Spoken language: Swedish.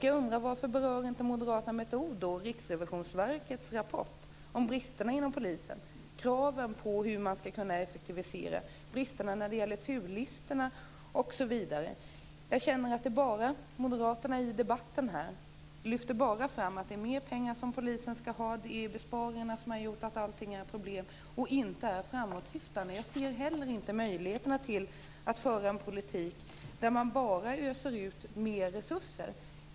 Jag undrar varför moderaterna inte med ett ord berör Riksrevisionsverkets rapport om bristerna inom polisen. Det gäller krav på effektivisering, brister i turlistorna osv. Moderaterna lyfter i den här debatten bara fram att polisen skall ha mer pengar och att besparingarna har skapat alla problem. De är inte framåtsyftande. Inte heller jag ser möjligheter att föra en politik där man bara öser ut mer resurser.